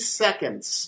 seconds